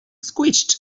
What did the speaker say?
squished